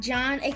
John